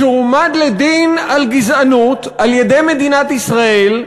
והועמד לדין על גזענות על-ידי מדינת ישראל,